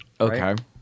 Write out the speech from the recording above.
Okay